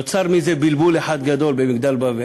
נוצר מזה בלבול אחד גדול, במגדל בבל.